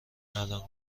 الان